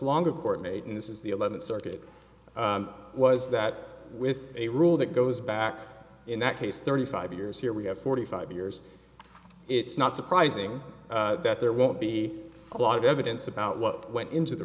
longer court made in this is the eleventh circuit was that with a rule that goes back in that case thirty five years here we have forty five years it's not surprising that there won't be a lot of evidence about what went into the